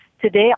Today